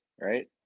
right